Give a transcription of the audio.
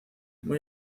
muy